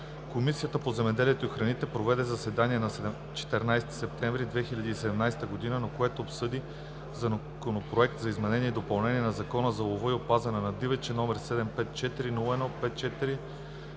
Комисията по земеделието и храните проведе заседание на 14 септември 2017 г., на което обсъди Законопроект за изменение и допълнение на Закона за лова и опазване на дивеча, № 754-01-54,